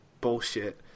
bullshit